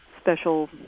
special